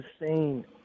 insane